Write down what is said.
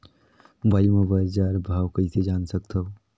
Mobile म बजार भाव कइसे जान सकथव?